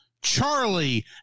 Charlie